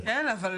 אבק.